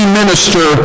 minister